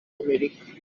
amerika